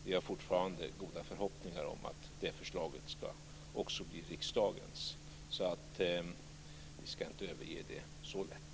Vi har fortfarande goda förhoppningar om att det förslaget också ska bli riksdagens, så vi ska inte överge det så lätt.